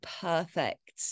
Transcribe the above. perfect